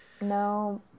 No